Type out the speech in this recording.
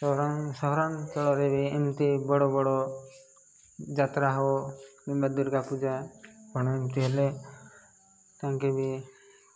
ସହରା ସହରାଞ୍ଚଳରେ ବି ଏମିତି ବଡ଼ ବଡ଼ ଯାତ୍ରା ହବ ନିମ୍ବା ଦୁର୍ଗା ପୂଜା କଣ ଏମିତି ହେଲେ ତାଙ୍କେ ବି